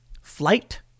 Flight